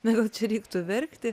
na gal čia reiktų verkti